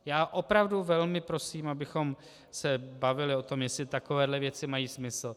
Já opravdu velmi prosím, abychom se bavili o tom, jestli takovéhle věci mají smysl.